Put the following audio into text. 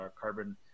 carbon